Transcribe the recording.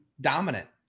dominant